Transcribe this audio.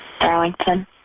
Darlington